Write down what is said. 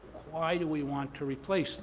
why do we want to replace